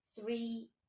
three